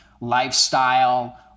lifestyle